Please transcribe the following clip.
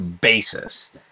basis